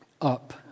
up